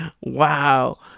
Wow